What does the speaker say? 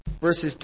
verses